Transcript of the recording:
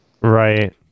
Right